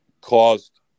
caused